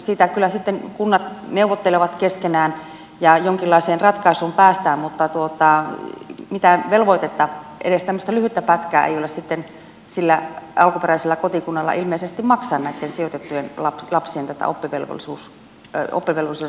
siitä kyllä sitten kunnat neuvottelevat keskenään ja jonkinlaiseen ratkaisuun päästään mutta mitään velvoitetta ei ole sillä alkuperäisellä kotikunnalla ilmeisesti maksaa edes tämmöistä lyhyttä pätkää näiden sijoitettujen lapsien oppivelvollisuuden suorittamisesta loppuun